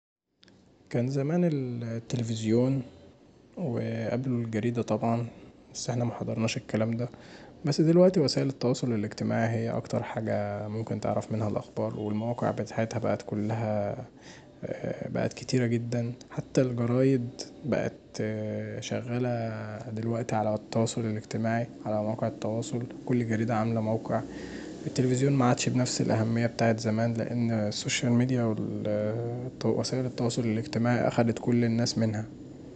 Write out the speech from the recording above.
كان زمان التلفزيون وقبله الجريده طبعا، بس احنا محضرناش الكلام دا، بس دلوقتي وسايل التواصل الاجتماعي هي اكتر حاجه انت ممكن تعرف منها اخبار والمواقع بتاعتها بقت كلها، بقت كتيره جدا، حتي الجرايد بقت شغاله دلوقتي علي التواصل الأجتماعي، علي مواقع التواصل كل جريده عامله موقع، التلفزيون معتدش بنفس الأهمية بتاعة زمان لأن السوشيال ميديا ووسايل التواصل الأجتماعي اخدت كل الناس منها.